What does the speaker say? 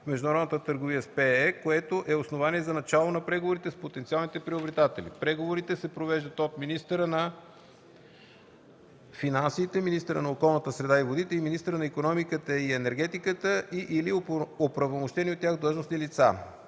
международната търговия с ПЕЕ, което е основание за началото на преговорите с потенциалните приобретатели. Преговорите се провеждат от министъра на финансите, министъра на околната среда и водите и министъра на икономиката и енергетиката и/или от оправомощени от тях длъжностни лица.